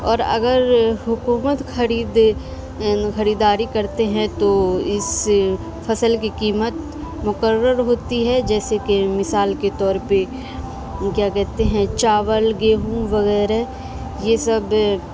اور اگر حکومت خرید خریداری کرتے ہیں تو اس فصل کی قیمت مقرر ہوتی ہے جیسے کہ مثال کے طور پہ کیا کہتے ہیں چاول گیہوں وغیرہ یہ سب